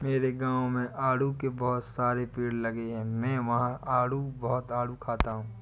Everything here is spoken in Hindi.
मेरे गाँव में आड़ू के बहुत सारे पेड़ लगे हैं मैं वहां बहुत आडू खाता हूँ